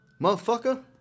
Motherfucker